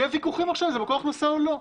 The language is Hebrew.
יהיו ויכוחים עכשיו אם זה מקור הכנסה או לא.